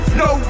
no